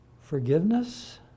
Forgiveness